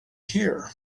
here